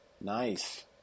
Nice